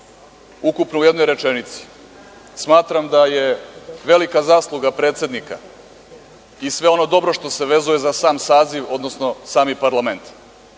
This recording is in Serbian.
ukupno u jednoj rečenici. Smatram da je velika zasluga predsednika i sve ono dobro što se vezuje za sam saziv, odnosno sami parlament